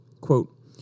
Quote